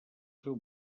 seu